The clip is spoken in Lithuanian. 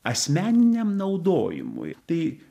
asmeniniam naudojimui tai